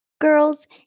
Girls